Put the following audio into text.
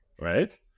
Right